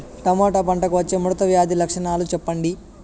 Tomato పంటకు వచ్చే ముడత వ్యాధి లక్షణాలు చెప్పండి?